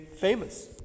famous